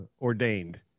ordained